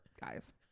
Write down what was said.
guys